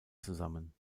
zusammen